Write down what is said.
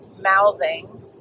mouthing